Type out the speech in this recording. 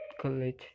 college